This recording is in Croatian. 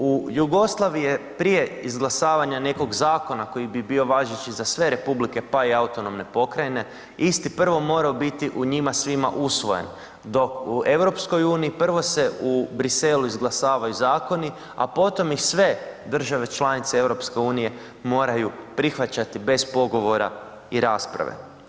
U Jugoslaviji je prije izglasavanja nekog zakona koji bi bio važeći za sve republike pa i autonomne pokrajine, isti prvo morao biti u njima svima usvojen dok u EU prvo se u Briselu izglasavaju zakoni a potom ih sve države članice EU moraju prihvaćati bez pogovora i rasprave.